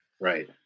Right